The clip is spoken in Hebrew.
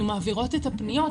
אנחנו מעבירות את הפניות,